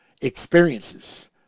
experiences